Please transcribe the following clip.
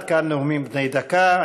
עד כאן נאומים בני דקה.